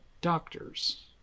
doctors